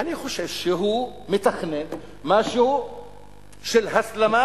אני חושש שהוא מתכנן משהו של הסלמה